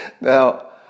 now